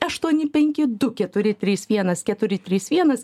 aštuoni penki du keturi trys vienas keturi trys vienas